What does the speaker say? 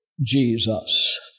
Jesus